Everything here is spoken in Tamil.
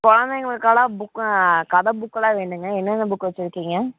குழந்தைங்களுக்கு எல்லாம் புக் கதை புக்கெல்லாம் வேணும்ங்க என்னென்ன புக் வச்சுருக்கீங்க